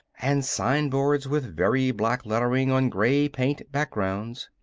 and signboards with very black lettering on gray paint backgrounds.